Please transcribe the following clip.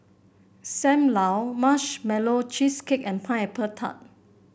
Sam Lau Marshmallow Cheesecake and Pineapple Tart